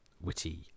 witty